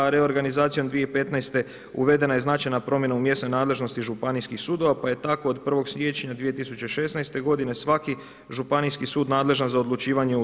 Reorganizacijom 2015. uvedena je značajna promjena u mjesnoj nadležnosti županijskih sudova, pa je tako od 1. siječnja 2016. godine svaki županijski sud nadležan za odlučivanje u II.